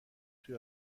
توی